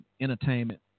entertainment